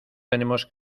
tenemos